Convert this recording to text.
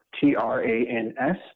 T-R-A-N-S